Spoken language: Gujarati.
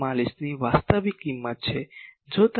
44 ની વાસ્તવિક કિંમત છે જો તમે કરો તો તે 1